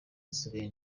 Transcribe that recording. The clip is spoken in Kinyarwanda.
nsigaye